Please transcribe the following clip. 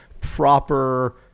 proper